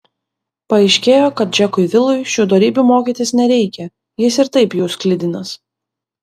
paaiškėjo kad džekui vilui šių dorybių mokytis nereikia jis ir taip jų sklidinas